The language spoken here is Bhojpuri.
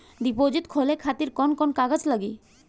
डिपोजिट खोले खातिर कौन कौन कागज लागी?